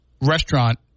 restaurant